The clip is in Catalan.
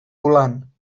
volant